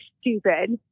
stupid